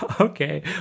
Okay